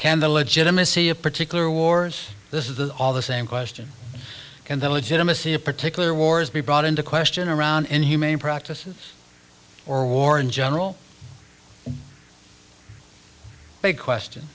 the legitimacy of particular wars this is all the same question can the legitimacy of particular wars be brought into question around inhumane practices or war in general big question